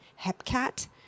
Hepcat